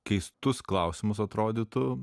keistus klausimus atrodytų